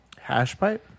Hashpipe